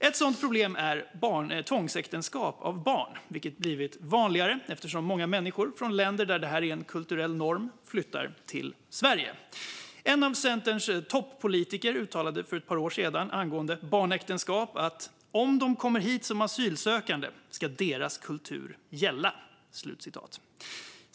Ett sådant problem är tvångsäktenskap med barn, vilket blivit vanligare eftersom många människor från länder där detta är en kulturell norm flyttar till Sverige. En av Centerns toppolitiker uttalade för ett par år sedan angående barnäktenskap att "om de kommer hit som asylsökande ska deras kultur gälla".